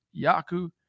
Yaku